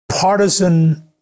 partisan